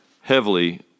heavily